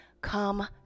come